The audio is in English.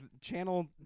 Channel